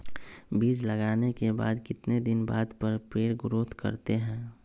बीज लगाने के बाद कितने दिन बाद पर पेड़ ग्रोथ करते हैं?